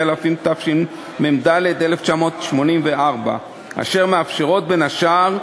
האזרחי, התשמ"ד 1984, אשר מאפשרות, בין השאר,